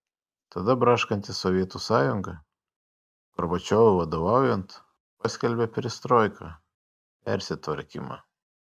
tada braškanti sovietų sąjunga gorbačiovui vadovaujant paskelbė perestroiką persitvarkymą